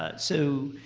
ah so